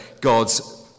God's